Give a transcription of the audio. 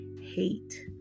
Hate